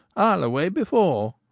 ile away before